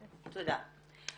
תודה.